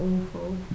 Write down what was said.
awful